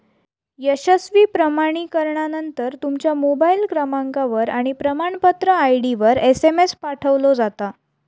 यशस्वी प्रमाणीकरणानंतर, तुमच्या मोबाईल क्रमांकावर आणि प्रमाणपत्र आय.डीवर एसएमएस पाठवलो जाता